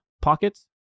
pockets